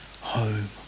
home